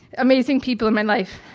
amazing people in my life.